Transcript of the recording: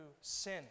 sin